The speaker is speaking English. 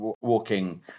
walking